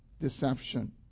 deception